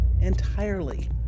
entirely